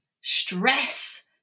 stress